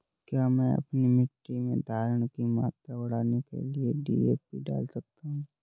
क्या मैं अपनी मिट्टी में धारण की मात्रा बढ़ाने के लिए डी.ए.पी डाल सकता हूँ?